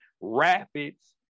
rapids